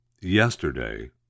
Yesterday